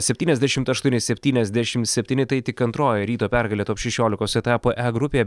septyniasdešimt aštuoni septyniasdešimt septyni tai tik antroji ryto pergalė top šešiolikos etapo e grupėje